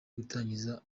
gutangiza